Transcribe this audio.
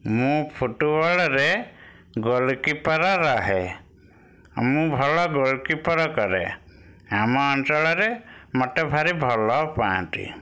ମୁଁ ଫୁଟୁବଲରେ ଗୋଲକିପର ରହେ ମୁଁ ଭଲ ଗୋଲକିପର କରେ ଆମ ଅଞ୍ଚଳରେ ମୋତେ ଭାରି ଭଲପାଆନ୍ତି